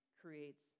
creates